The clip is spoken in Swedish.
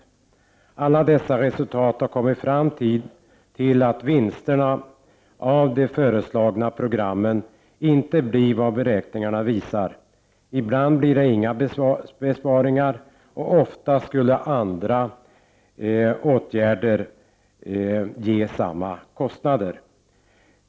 I alla dessa resultat har man kommit fram till att vinsterna av de föreslagna programmen inte blir vad beräkningarna visar. Ibland blir det inga besparingar, och ofta skulle andra åtgärder ge samma kostnader.